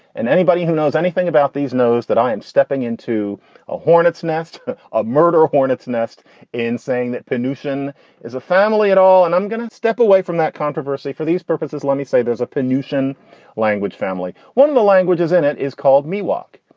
and anybody who knows anything about these knows that i am stepping into a hornet's nest of murder, a hornet's nest in saying that pollution is a family at all. and i'm going to step away from that controversy for these purposes. let me say, there's a pincushion language family. one of the languages in it is called miwok.